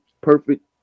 perfect